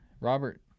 Robert